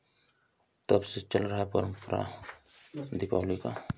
तब से चल रहा है परंपरा दीपावली का